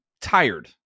tired